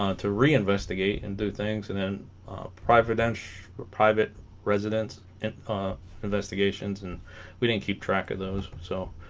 um to reinvestigate and do things and then private dense but private residents and investigations and we didn't keep track of those so